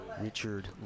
Richard